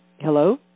Hello